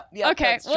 Okay